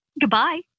Goodbye